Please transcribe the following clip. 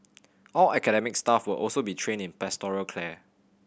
all academic staff will also be trained in pastoral care